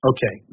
Okay